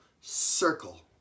circle